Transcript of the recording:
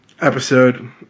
episode